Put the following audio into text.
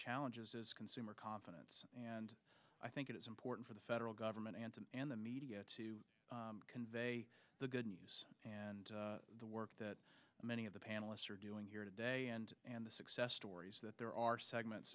challenges is consumer confidence and i think it is important for the federal government and and the media to convey the good news and the work that many of the panelists are doing here today and and the success stories that there are segments